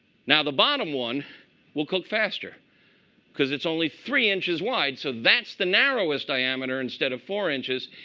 now, the bottom one will cook faster because it's only three inches wide. so that's the narrowest diameter instead of four inches.